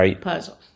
puzzle